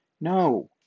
No